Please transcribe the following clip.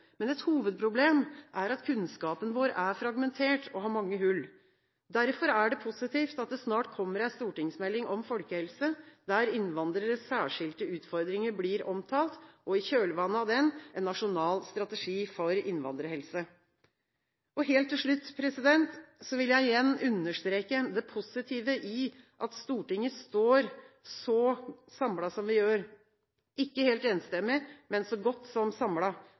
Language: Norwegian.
men et hovedproblem er at kunnskapen vår er fragmentert og har mange hull. Derfor er det positivt at det snart kommer en stortingsmelding om folkehelse, der innvandreres særskilte utfordringer blir omtalt, og i kjølvannet av den, en nasjonal strategi for innvandrerhelse. Helt til slutt vil jeg igjen understreke det positive i at Stortinget står så samlet som vi gjør – ikke helt enstemmig, men så godt som